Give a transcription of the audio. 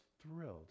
thrilled